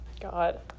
God